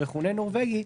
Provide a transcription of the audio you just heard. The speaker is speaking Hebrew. שמכונה "נורבגי",